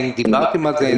האם דיברתם על זה?